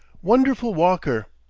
wonderful walker.